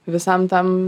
visam tam